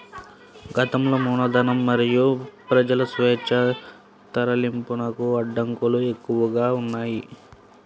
గతంలో మూలధనం మరియు ప్రజల స్వేచ్ఛా తరలింపునకు అడ్డంకులు ఎక్కువగా ఉన్నాయి